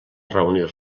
reunir